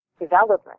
development